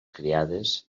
criades